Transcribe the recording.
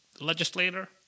legislator